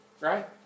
Right